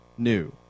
new